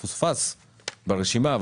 שהתפספס מהרשימה,